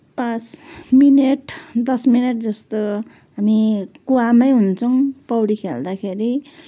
पाँच मिनट दस मिनेट जस्तो हामी कुवामै हुन्छौँ पौडी खेल्दाखेरि